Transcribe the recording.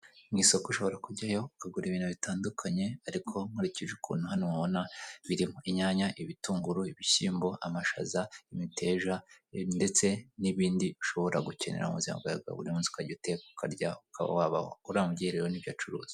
M'isoko ushobora kujyayo ukagura ibintu bitandukanye ariko nkurikije ukuntu hano mubona birimo: inyanya, ibitunguru, ibishyimbo, amashaza, imiteja ndetse n'ibindi ushobora gukenera muzima bwawe bwa buri munsi ukajya uteka ukarya wabaho uriya mubyeyi n'ibyo acuruza.